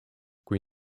kui